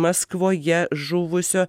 maskvoje žuvusio